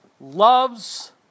loves